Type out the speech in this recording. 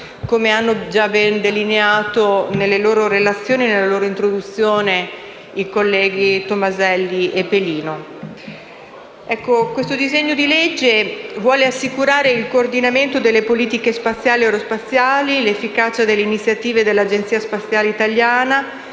come hanno già ben delineato, nelle loro relazioni i colleghi Pelino e Tomaselli. Questo disegno di legge vuole assicurare il coordinamento delle politiche spaziali e aerospaziali e l'efficacia delle iniziative dell'Agenzia spaziale italiana;